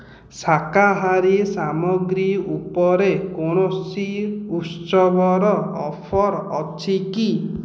ଶାକାହାରୀ ସାମଗ୍ରୀ ଉପରେ କୌଣସି ଉତ୍ସବର ଅଫର୍ ଅଛି କି